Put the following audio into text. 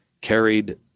carried